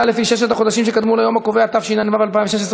חבר הכנסת אורן אסף חזן, אינו נוכח.